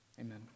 Amen